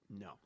no